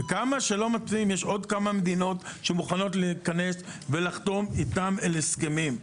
יש עוד כמה מדינות שמוכנות לחתום ולהיכנס איתנו להסכמים.